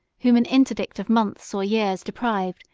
whom an interdict of months or years deprived,